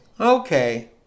Okay